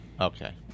Okay